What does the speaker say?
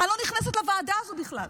אני לא נכנסת לוועדה הזו בכלל.